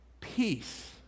peace